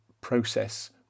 process